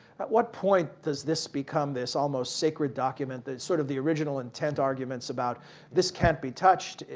at what point does this become this almost sacred document that sort of the original intent arguments about this can't be touched,